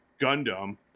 Gundam